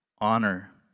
Honor